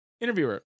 Interviewer